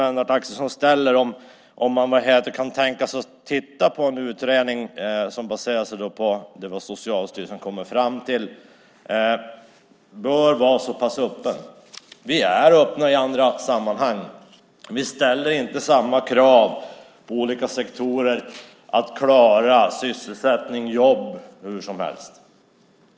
Lennart Axelsson ställde en fråga om man kan tänka sig en utredning som baserar sig på vad Socialstyrelsen kommer fram till. Man bör vara så pass öppen. Vi är öppna i andra sammanhang. Vi ställer inte samma krav på olika sektorer att klara sysselsättning och jobb.